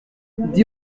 dix